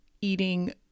eating